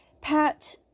Pat